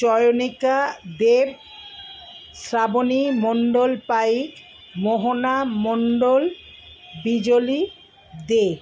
Chayanika Deb Shrabani Mondal Paik Mohana Mondal Bijli দে